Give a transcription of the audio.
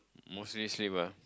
mostly sleep ah